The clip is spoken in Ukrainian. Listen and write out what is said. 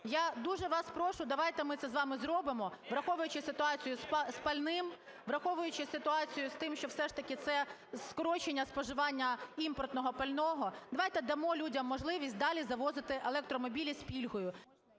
Я дуже вас прошу, давайте ми це з вами зробимо, враховуючи ситуацію з пальним, враховуючи ситуацію з тим, що все ж таки це скорочення споживання імпортного пального. Давайте дамо людям можливість далі завозити електромобілі з пільгою.